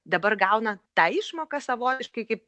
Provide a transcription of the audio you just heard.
dabar gauna tą išmoką savotiškai kaip